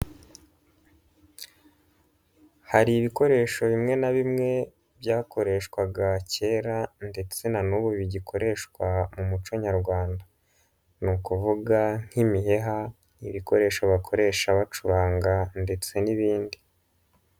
Hari ibikoresho bimwe na bimwe, byakoreshwaga kera ndetse na n'ubu bigikoreshwa mu muco nyarwanda. Ni ukuvuga nk'imiheha, ibikoresho bakoresha bacuranga, ndetse n'ibindi.